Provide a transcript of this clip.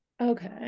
Okay